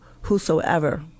whosoever